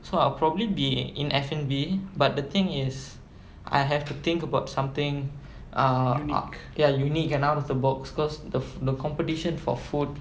so I'll probably be in F_N_B but the thing is I have to think about something err ya unique and out of the box cause the the competition for food